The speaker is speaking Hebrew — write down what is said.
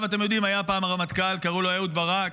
אתם יודעים, היה פעם רמטכ"ל, קראו לו אהוד ברק.